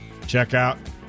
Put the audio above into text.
checkout